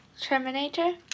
Terminator